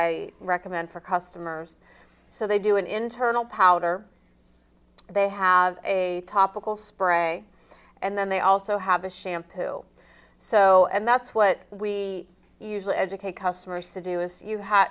i recommend for customers so they do an internal power they have a topical spray and then they also have a shampoo so and that's what we usually educate customers to do is you h